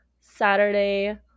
Saturday